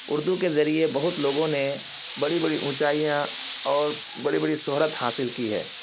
اردو کے ذریعے بہت لوگوں نے بڑی بڑی اونچائیاں اور بڑی بڑی شہرت حاصل کی ہے